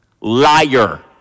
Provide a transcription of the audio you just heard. Liar